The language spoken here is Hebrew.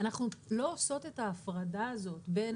אנחנו לא עושות את ההפרדה הזאת בין